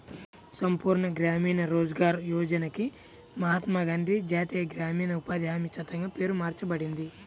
సంపూర్ణ గ్రామీణ రోజ్గార్ యోజనకి మహాత్మా గాంధీ జాతీయ గ్రామీణ ఉపాధి హామీ చట్టంగా పేరు మార్చబడింది